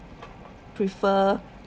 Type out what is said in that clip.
prefer